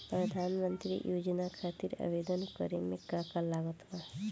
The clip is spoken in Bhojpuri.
प्रधानमंत्री योजना खातिर आवेदन करे मे का का लागत बा?